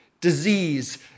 disease